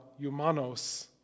Humanos